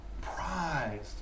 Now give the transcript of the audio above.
prized